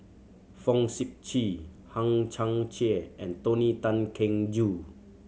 Fong Sip Chee Hang Chang Chieh and Tony Tan Keng Joo